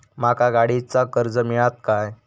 माका गाडीचा कर्ज मिळात काय?